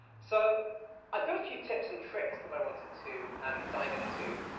so i've got a few tips and tricks that i wanted to um dive into.